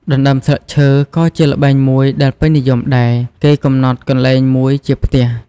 ដណ្តើមស្លឹកឈើ ក៏ជាល្បែងមួយដែលពេញនិយមដែរគេកំណត់កន្លែងមួយជាផ្ទះ ។